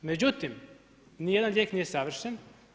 Međutim, ni jedan lijek nije savršen.